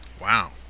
Wow